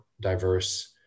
diverse